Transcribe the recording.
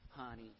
Honey